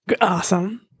Awesome